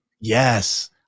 Yes